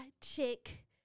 chick